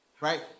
right